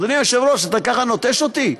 אדוני היושב-ראש, אתה ככה נוטש אותי?